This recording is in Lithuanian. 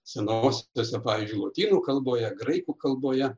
senos tiesa pavyzdžiui lotynų kalboje graikų kalboje